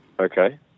okay